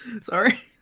Sorry